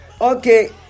Okay